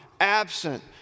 absent